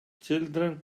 children